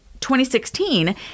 2016